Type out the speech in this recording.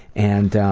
and